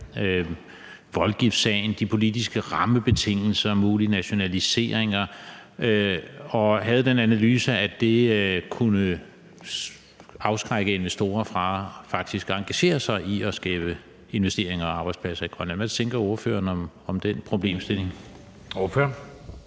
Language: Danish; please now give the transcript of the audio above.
voldgiftssagen, de politiske rammebetingelser og de mulige nationaliseringer, og vi havde den analyse, at det kunne afskrække investorer fra faktisk at engagere sig i at skabe investeringer og arbejdspladser i Grønland. Hvad tænker ordføreren om den problemstilling? Kl.